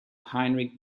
heinrich